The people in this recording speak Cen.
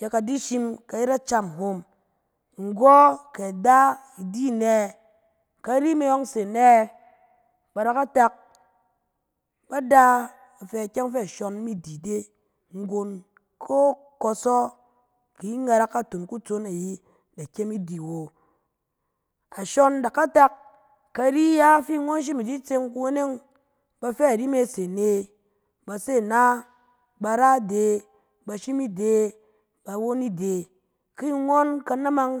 yɛ ka di shim, ka yet acam hom. Nggɔ kɛ ada i di anɛ?, kari me yɔng se nɛ? Ba da ka tak. Bada, ba fɛ ikyɛng fɛ ashon mi di de, nggon ko kɔsɔ ki i ngarak naton kutsong ayi, da kyem i di awo. Ashon da ka tak kari yaa fi ngɔn shim i di tseng kuweneng, bafɛ ri me se ne, ba se na, ba ra de, ba shim ide, ba won ide. Ki ngɔn kanamang